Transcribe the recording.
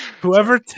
whoever